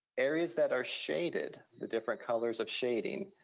areas that are shaded, the different colors of shading,